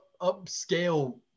upscale